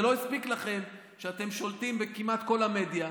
זה לא הספיק לכם שאתם שולטים כמעט בכל המדיה.